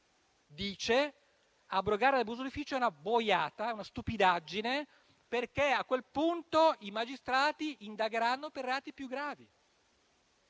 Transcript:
dice che abrogare l'abuso d'ufficio è una boiata e una stupidaggine, perché a quel punto i magistrati indagheranno per reati più gravi.